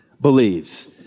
believes